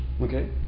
Okay